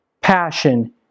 passion